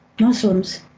Muslims